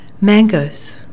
mangoes